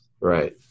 Right